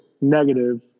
negative